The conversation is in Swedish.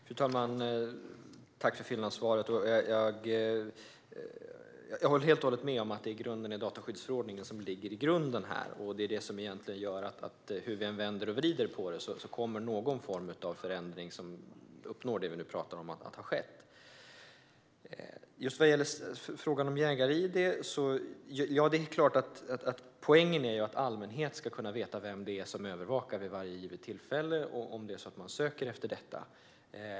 Fru talman! Tack för fyllnadssvaret! Jag håller helt och hållet med om att det är dataskyddsförordningen som finns som grund här. Den gör att hur vi än vänder och vrider på detta kommer någon form av förändring att ha skett som uppnår det som vi nu talar om. Vi tog upp jägar-id:n. Poängen är att allmänheten ska kunna veta vem som övervakar vid varje givet tillfälle om man söker efter detta.